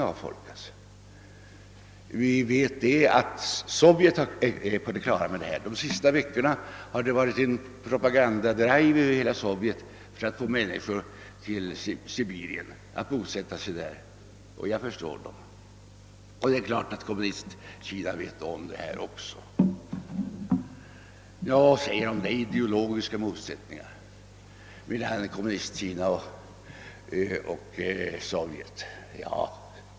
I Sovjet har man uppmärksammat avfolkningen i Sibirien, och under de senaste veckorna har det därför drivits propaganda för att få människor att bosätta sig där. Jag förstår detta. Självfallet känner man också i Kina till situationen, Nå, men de ideologiska motsättningarna mellan Kommunistkina och Sovjet?